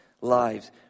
lives—